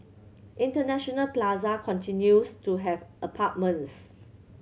International Plaza continues to have apartments